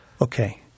Okay